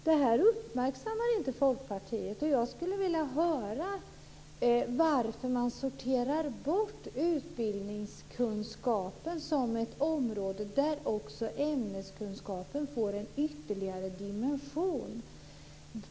Detta uppmärksammar inte Folkpartiet. Jag skulle vilja höra varför man sorterar bort utbildningskunskapen som ett område där också ämneskunskapen får en ytterligare dimension.